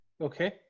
Okay